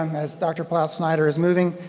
um as dr. ploutz-snyder is moving,